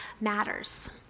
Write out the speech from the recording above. Matters